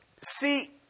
See